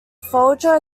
folger